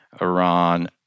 Iran